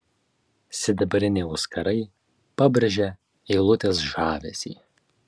sidabriniai auskarai pabrėžė eilutės žavesį